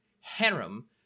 Harem